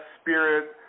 spirit